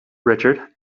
richard